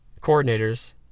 coordinators